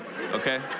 Okay